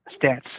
stats